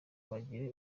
bagira